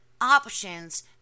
options